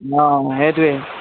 অঁ সেইটোৱে